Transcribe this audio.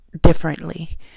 differently